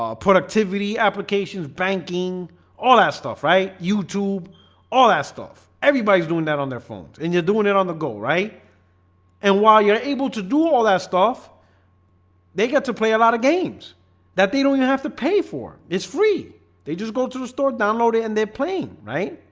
um productivity applications banking all that stuff right youtube all that stuff everybody's doing that on their phones and you're doing it on the go right and while you're able to do all that stuff they get to play a lot of games that they don't have to pay for it's free they just go to the store download it and they're playing right